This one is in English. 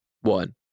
One